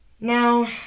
Now